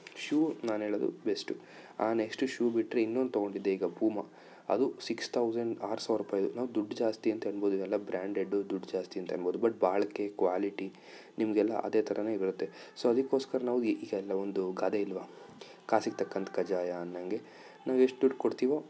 shoe ನಾನು ಹೇಳೋದು best ಆ ನೆಕ್ಷ್ಟು ಶೂ ಬಿಟ್ಟರೆ ಇನ್ನೊಂದು ತಗೊಂಡಿದ್ದೆ ಈಗ ಪೂಮ ಅದು ಸಿಕ್ಸ್ ತೌಸಂಡ್ ಆರು ಸಾವಿರ ರೂಪಾಯಿದು ನಾವು ದುಡ್ಡು ಜಾಸ್ತಿ ಅಂತ ಅನ್ನಬಹುದು ಇವೆಲ್ಲ ಬ್ರ್ಯಾಂಡೆಡು ದುಡ್ಡು ಜಾಸ್ತಿ ಅಂತ ಅನ್ನಬಹುದು ಬಟ್ ಬಾಳಿಕೆ ಕ್ವಾಲಿಟಿ ನಿಮಗೆಲ್ಲ ಅದೇ ತರಾ ಬರುತ್ತೆ ಸೊ ಅದಕ್ಕೋಸ್ಕರ ನಾವು ಈಗೆಲ್ಲ ಒಂದು ಗಾದೆ ಇಲ್ಲವಾ ಕಾಸಿಗೆ ತಕ್ಕಂತೆ ಕಜ್ಜಾಯ ಅಂದಂಗೆ ನಾವೆಷ್ಟು ದುಡ್ಡು ಕೊಡ್ತೀವೊ